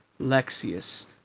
Lexius